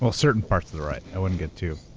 ah certain parts of the right, i wouldn't get too.